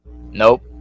Nope